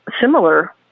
similar